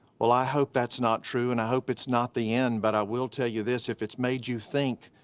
well i hope that's not true, and i hope it's not the end, but i will tell you this, if it's made you think,